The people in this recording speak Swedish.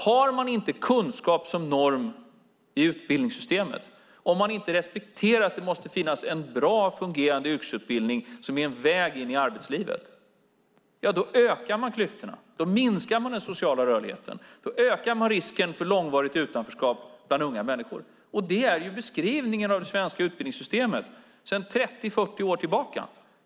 Om man inte har kunskap som norm i utbildningssystemet, om man inte respekterar att det måste finnas en bra och fungerande yrkesutbildning som är en väg in i arbetslivet, ja, då ökar man klyftorna, då minskar man den sociala rörligheten, då ökar man risken för långvarigt utanförskap bland unga människor. Det är beskrivningen av det svenska utbildningssystemet sedan 30-40 år tillbaka.